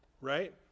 right